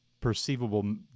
perceivable